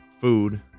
food